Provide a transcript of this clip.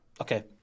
Okay